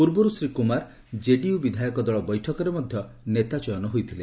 ପୂର୍ବରୁ ଶ୍ରୀ କୁମାର ଜେଡିୟ ବିଧାୟକ ଦଳ ବୈଠକରେ ମଧ୍ୟ ନେତା ଚୟନ ହୋଇଥିଲେ